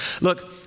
Look